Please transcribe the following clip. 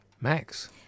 Max